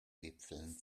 wipfeln